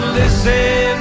listen